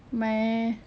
my